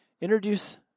introduce